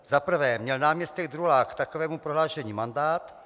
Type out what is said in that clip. Za prvé, měl náměstek Drulák k takovému prohlášení mandát?